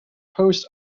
post